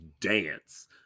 dance